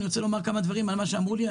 אני רוצה לומר כמה דברים על מה שאמרו לי.